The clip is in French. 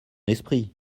esprit